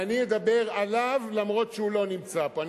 ואני אדבר עליו למרות שהוא לא נמצא פה.